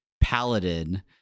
paladin